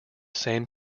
same